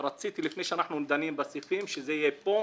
רציתי שלפני שאנחנו דנים בסעיפים לשים את הדברים על